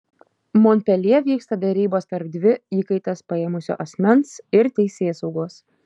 monpeljė vyksta derybos tarp dvi įkaites paėmusio asmens ir teisėsaugos